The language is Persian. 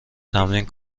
تمرین